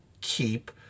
keep